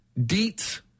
deets